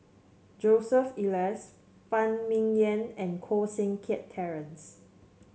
Joseph Elias Phan Ming Yen and Koh Seng Kiat Terence